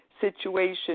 situation